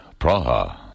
Praha